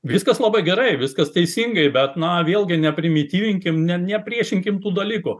viskas labai gerai viskas teisingai bet na vėlgi neprimityvinkim ne nepriešinkim tų dalykų